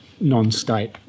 non-state